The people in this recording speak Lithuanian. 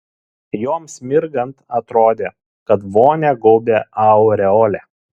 joms mirgant atrodė kad vonią gaubia aureolė